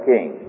King